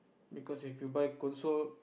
because if you buy console